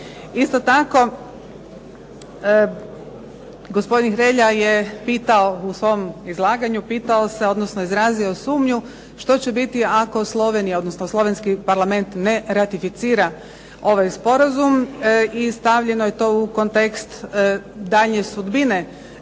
Isto tako, gospodin Hrelja je pitao u svom izlaganju, pitao se, odnosno izrazio sumnju što će biti ako Slovenija, odnosno slovenski Parlament ne ratificira ovaj sporazum? I stavljeno je to u kontekst daljnje sudbine